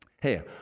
hey